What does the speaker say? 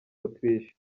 autriche